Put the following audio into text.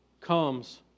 comes